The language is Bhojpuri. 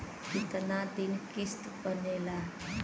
कितना दिन किस्त बनेला?